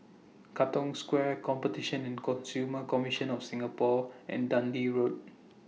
Katong Square Competition and Consumer Commission of Singapore and Dundee Road